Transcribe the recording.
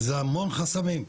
זה המון חסמים.